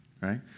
Right